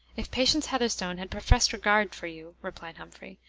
if patience heatherstone had professed regard for you, replied humphrey,